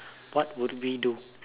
what would we do